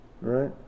right